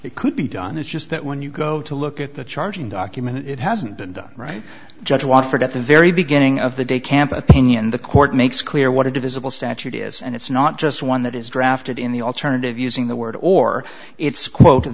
it could be done it's just that when you go to look at the charging document it hasn't been done right judge wofford at the very beginning of the day camp opinion the court makes clear what a divisible statute is and it's not just one that is drafted in the alternative using the word or it's quote